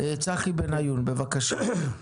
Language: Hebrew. צחי בן עיון, בבקשה.